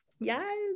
Yes